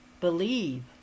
believe